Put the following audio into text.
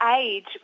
age